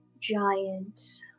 giant